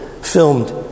filmed